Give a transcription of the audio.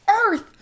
earth